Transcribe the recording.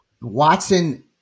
Watson